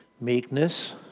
meekness